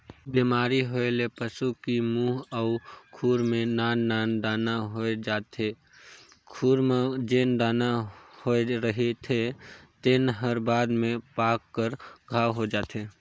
बेमारी होए ले पसू की मूंह अउ खूर में नान नान दाना होय जाथे, खूर म जेन दाना होए रहिथे तेन हर बाद में पाक कर घांव हो जाथे